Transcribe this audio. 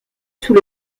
sous